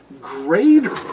greater